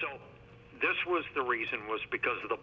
so this was the reason was because of the